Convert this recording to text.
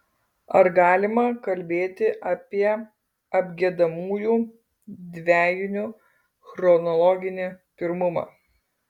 ar galima kalbėti apie apgiedamųjų dvejinių chronologinį pirmumą